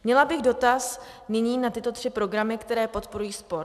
Měla bych dotaz nyní na tyto tři programy, které podporují sport: